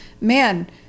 man